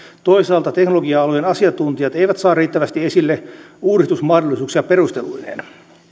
toisaalta teknologia alojen asiantuntijat eivät saa riittävästi esille uudistusmahdollisuuksia perusteluineen